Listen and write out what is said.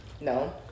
No